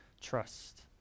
trust